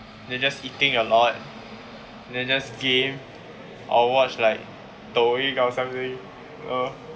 then just eating a lot then just game or watch like toeing or something uh